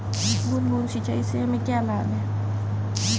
बूंद बूंद सिंचाई से हमें क्या लाभ है?